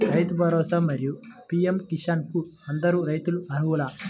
రైతు భరోసా, మరియు పీ.ఎం కిసాన్ కు అందరు రైతులు అర్హులా?